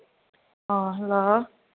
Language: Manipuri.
ꯑꯥ ꯍꯜꯂꯣ